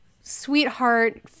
sweetheart